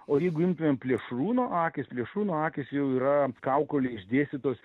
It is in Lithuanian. o jeigu imtumėm plėšrūno akys plėšrūno akys jau yra kaukolėj išdėstytos